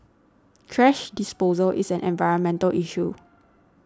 thrash disposal is an environmental issue